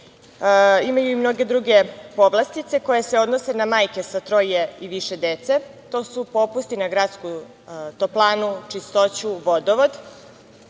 Imaju i mnoge druge povlastice koje se odnose na majke sa troje i više dece. To su popusti na gradsku toplanu, čistoću, vodovod. Mnoge